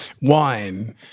wine